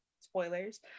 spoilers